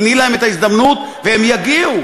תני להם את ההזדמנות והם יגיעו.